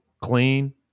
clean